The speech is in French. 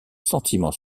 sentiments